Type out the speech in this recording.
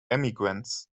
emigrants